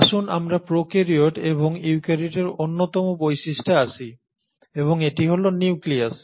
আসুন আমরা প্রোক্যারিওট এবং ইউক্যারিওটের অন্যতম বৈশিষ্ট্যে আসি এবং এটি হল নিউক্লিয়াস